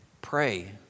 Pray